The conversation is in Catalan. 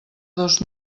dos